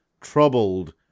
troubled